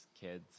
kids